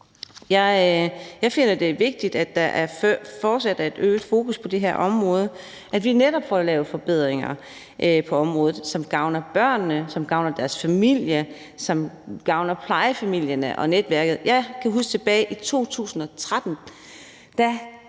Jeg finder det vigtigt, at der fortsat er et øget fokus på det her område, og at vi netop får lavet forbedringer på området, som gavner børnene, som gavner deres familier, og som gavner plejefamilierne og netværket. Jeg kan huske, at Karen Hækkerup